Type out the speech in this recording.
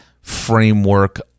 framework